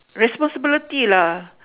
responsibility lah